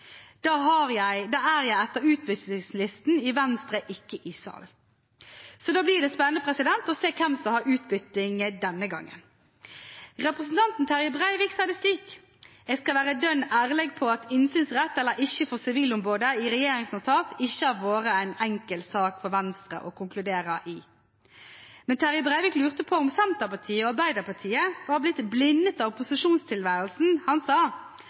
Da er jeg etter utbyttingslisten i Venstre ikke i salen.» Det blir spennende å se hvem som har utbytting denne gangen. Representanten Terje Breivik sa det slik: «Eg skal vera dønn ærleg på at innsynsrett eller ikkje for Sivilombodet i regjeringsnotat ikkje har vore ei enkel sak for Venstre å konkludera i.» Men Terje Breivik lurte på om Senterpartiet og Arbeiderpartiet var blitt blindet av opposisjonstilværelsen. Han sa: